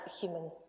human